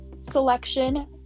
selection